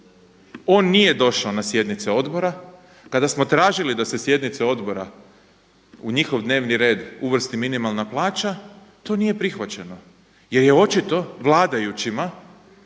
On nije došao na sjednice odbora, kada smo tražili da se sjednice odbora, u njihov dnevni red uvrsti minimalna plaća, to nije prihvaćeno jer je očito vladajućima